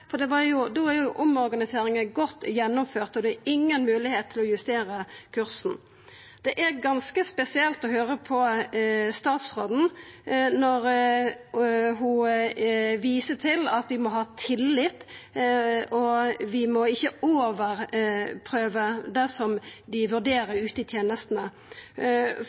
for da er omorganiseringa godt gjennomført, og det er inga moglegheit til å justera kursen. Det er ganske spesielt å høyra på statsråden når ho viser til at vi må ha tillit, og at vi ikkje må overprøva det dei vurderer ute i tenestene.